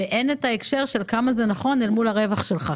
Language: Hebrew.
אין הקשר כמה זה נכון אל מול הרווח שלך.